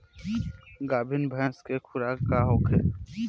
गाभिन भैंस के खुराक का होखे?